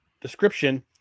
description